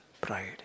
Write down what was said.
pride